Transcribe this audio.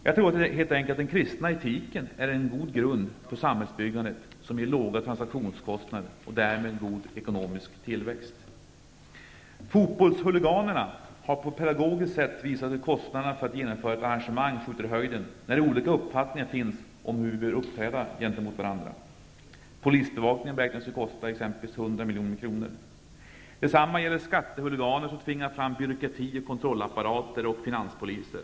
Jag tror helt enkelt att den kristna etiken är en god grund för samhällsbyggandet som innebär låga transaktionskostnader och därmed en god ekonomisk tillväxt. Fotbollshuliganerna har på ett pedagogiskt sätt visat hur kostnaderna för att genomföra ett arrangemang skjuter i höjden när det finns olika uppfattningar om hur vi bör uppträda gentemot varandra -- polisbevakningen exempelvis beräknas nu kosta 100 miljoner kronor. Detsamma gäller de skattehuliganer som tvingar fram byråkrati, kontrollapparater och finanspoliser.